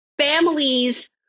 families